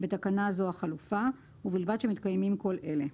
(בתקנה זו, החלופה), ובלבד שמתקיימים כל אלה: